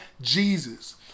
Jesus